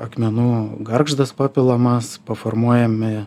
akmenų gargždas papilamas paformuojami